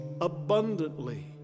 abundantly